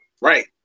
right